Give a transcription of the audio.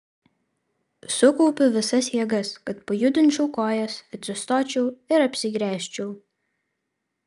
sukaupiu visas jėgas kad pajudinčiau kojas atsistočiau ir apsigręžčiau